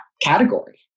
category